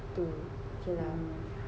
two okay lah